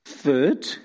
Third